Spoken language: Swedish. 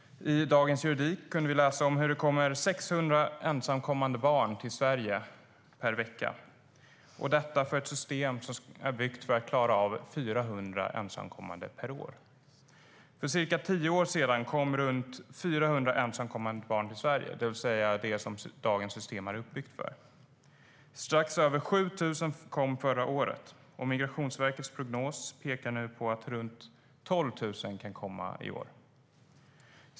I Dagens Juridik kunde vi läsa att det kommer 600 ensamkommande barn till Sverige per vecka. Detta med ett system som är byggt för att klara av 400 ensamkommande per år. För cirka tio år sedan kom runt 400 ensamkommande barn per år till Sverige, det vill säga det som dagens system är uppbyggt för. Förra året kom strax över 7 000, och Migrationsverkets prognos pekar på att runt 12 000 kan komma i år.